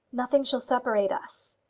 nothing shall separate us.